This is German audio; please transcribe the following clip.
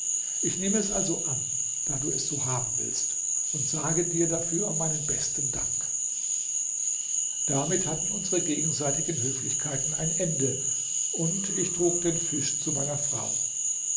ich nehme es also an da du es so haben willst und sage dir dafür meinen besten dank damit hatten unsere gegenseitigen höflichkeiten ein ende und ich trug den fisch zu meiner frau